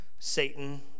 Satan